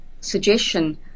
suggestion